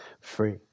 free